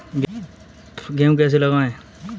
गेहूँ कैसे लगाएँ?